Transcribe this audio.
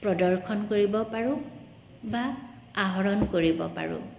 প্ৰদৰ্শন কৰিব পাৰোঁ বা আহৰণ কৰিব পাৰোঁ